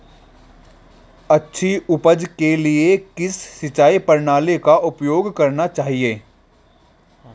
अच्छी उपज के लिए किस सिंचाई प्रणाली का उपयोग करना चाहिए?